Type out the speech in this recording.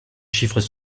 chiffres